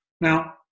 now